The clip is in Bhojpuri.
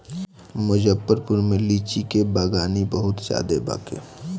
मुजफ्फरपुर में लीची के बगानी बहुते ज्यादे बाटे